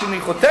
נכון.